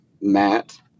Matt